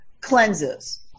cleanses